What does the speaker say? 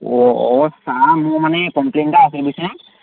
অ' sir মোৰ মানে complain এটা আছিলে বুজিছেনে